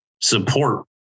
support